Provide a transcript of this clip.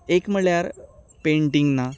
एक म्हणल्यार पॅंटिंग ना